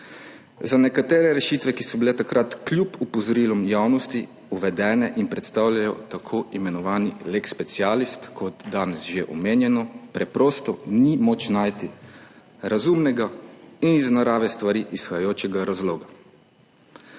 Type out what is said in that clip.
Za nekatere rešitve, ki so bile takrat kljub opozorilom javnosti uvedene in predstavljajo tako imenovani lex specialis, kot danes že omenjeno, preprosto ni moč najti razumnega in iz narave stvari izhajajočega razloga.